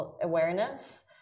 awareness